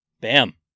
Bam